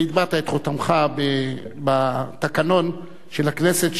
והטבעת את חותמך בתקנון של הכנסת,